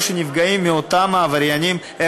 שאלה שבעיקר נפגעים מאותם העבריינים הם